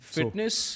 fitness